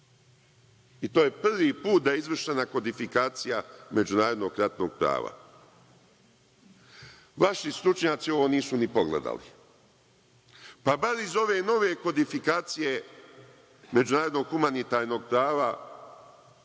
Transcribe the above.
To je prvi put da je izvršena kodifikacija međunarodnog ratnog prava. Vaši stručnjaci ovo nisu ni pogledali. Pa, bar iz ove nove kodifikacije međunarodnog humanitarnog prava